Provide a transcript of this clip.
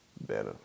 better